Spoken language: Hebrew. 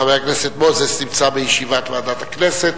חבר הכנסת מוזס נמצא בישיבת ועדת הכנסת.